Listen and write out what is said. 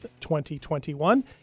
2021